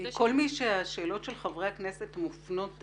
כל מי שהשאלות של חברי הכנסת מופנות אליו,